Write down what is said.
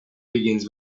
begins